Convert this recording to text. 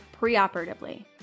preoperatively